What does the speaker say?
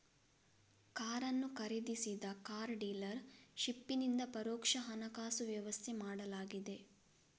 ಕಾರನ್ನು ಖರೀದಿಸಿದ car dealer ಶಿಪ್ಪಿನಿಂದ ಪರೋಕ್ಷ ಹಣಕಾಸು ವ್ಯವಸ್ಥೆ ಮಾಡಲಾಗಿದೆ